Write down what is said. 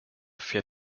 fährt